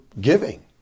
giving